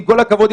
עם כל הכבוד,